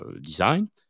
design